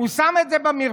הוא שם את זה במרפסת.